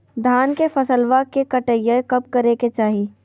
धान के फसलवा के कटाईया कब करे के चाही?